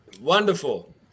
Wonderful